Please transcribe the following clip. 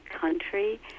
country